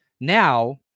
Now